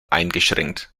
eingeschränkt